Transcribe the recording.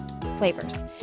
flavors